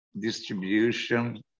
distribution